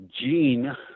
gene